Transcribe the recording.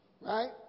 Right